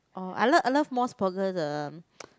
uh I love I love Mos Burger the